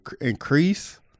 increase